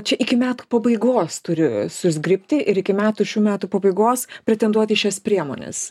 čia iki metų pabaigos turi suzgribti ir iki metų šių metų pabaigos pretenduoti į šias priemones